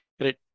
Great